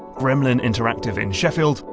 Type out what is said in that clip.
gremlin interactive in sheffield,